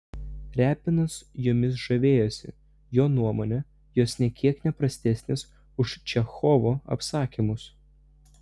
repinas jomis žavėjosi jo nuomone jos nė kiek ne prastesnės už čechovo apsakymus